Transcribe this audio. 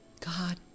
God